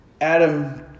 Adam